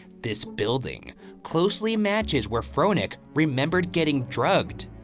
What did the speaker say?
this building closely matches where fronek remembered getting drugged.